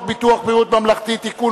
ביטוח בריאות ממלכתי (תיקון,